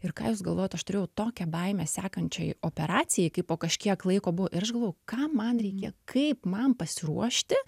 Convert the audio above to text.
ir ką jūs galvojat aš turėjau tokią baimę sekančiai operacijai kai po kažkiek laiko buvo ir aš galvojau ką man reikia kaip man pasiruošti